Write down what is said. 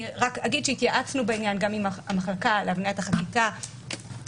אני רק אגיד שהתייעצנו בעניין גם עם המחלקה להבניית החקיקה אצלנו,